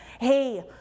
hey